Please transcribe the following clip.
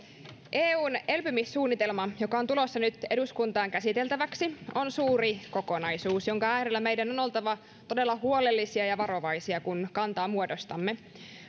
eun elpymissuunnitelma joka on tulossa nyt eduskuntaan käsiteltäväksi on suuri kokonaisuus jonka äärellä meidän on on oltava todella huolellisia ja varovaisia kun kantaa muodostamme